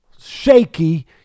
shaky